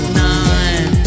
nine